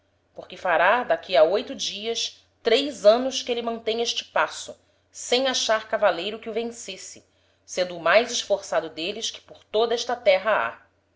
porque fará d'aqui a oito dias três anos que êle mantem este passo sem achar cavaleiro que o vencesse sendo o mais esforçado d'êles que por toda esta terra ha